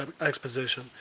Exposition